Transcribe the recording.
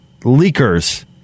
leakers